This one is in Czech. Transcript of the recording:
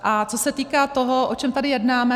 A co se týká toho, o čem tady jednáme.